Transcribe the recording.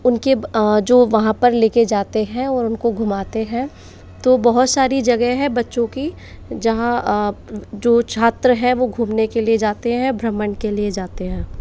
उनके जो वहाँ पर ले के जाते हैं उनको घूमाते हैं तो बहुत सारी जगह हैं बच्चों की जहाँ जो छात्र हैं वो घूमने के लिए जाते हैं भ्रमण के लिए जाते हैं